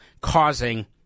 causing